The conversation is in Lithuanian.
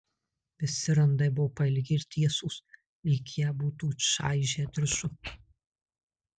visi randai buvo pailgi ir tiesūs lyg ją būtų čaižę diržu